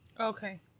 Okay